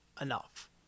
enough